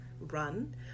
run